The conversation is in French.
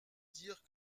dire